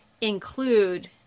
include